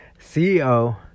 CEO